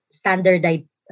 standardized